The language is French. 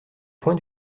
point